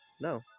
No